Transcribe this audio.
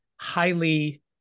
highly